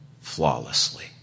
flawlessly